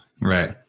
Right